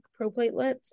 proplatelets